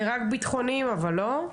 זה רק ביטחוניים, לא?